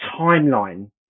timeline